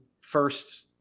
first